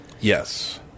Yes